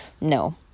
no